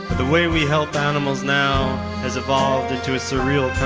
the way we help animals now has evolved into a surreal